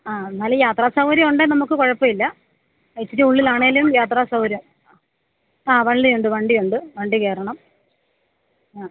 ആ എന്നാലും യാത്രാസൗകര്യം ഉണ്ടേ നമുക്ക് കുഴപ്പമേയില്ല ഇച്ചിരിയുള്ളിലാണെങ്കിലും യാത്രാസൗകര്യം ആ വണ്ടിയുണ്ട് വണ്ടിയുണ്ട് വണ്ടി കയറണം ആ